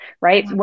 right